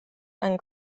and